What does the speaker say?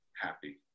happy